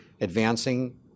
advancing